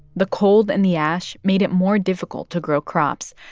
the cold and the ash made it more difficult to grow crops,